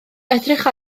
edrych